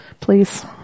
please